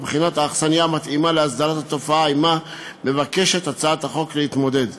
ובחינת האכסניה המתאימה להסדרת התופעה שעמה הצעת החוק נועדה להתמודד.